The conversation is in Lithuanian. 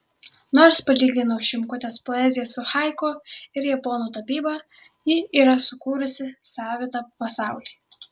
nors palyginau šimkutės poeziją su haiku ir japonų tapyba ji yra sukūrusi savitą pasaulį